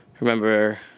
remember